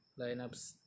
lineups